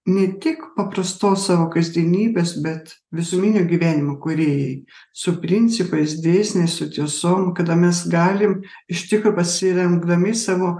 ne tik paprastos savo kasdienybės bet visuminio gyvenimo kūrėjai su principais dėsniais su tiesom kada mes galim iš tikro pasiremdami savo